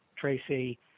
Tracy